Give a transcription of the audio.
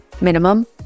minimum